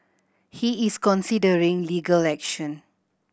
he is considering legal action